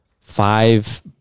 five